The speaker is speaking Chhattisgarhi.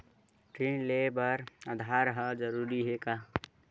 ऋण ले बर आधार ह जरूरी हे का?